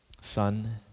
Son